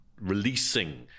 releasing